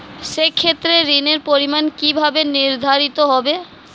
সে ক্ষেত্রে ঋণের পরিমাণ কিভাবে নির্ধারিত হবে?